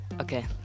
Okay